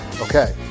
Okay